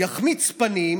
יחמיץ פנים,